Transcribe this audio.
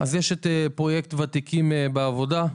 אז יש את פרויקט ׳ותיקים בעבודה׳,